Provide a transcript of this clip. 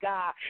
God